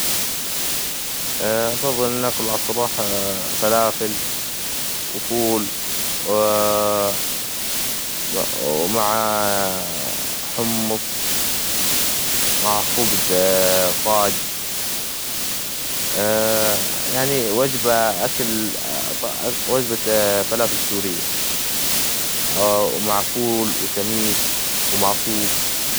أفظل إني آكل على الصباح فلافل، وفول، ومع حمص، مع خبز صاج، يعني وجبة فلافل سورية، مع فول، وتميس، ومعصوب.